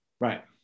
right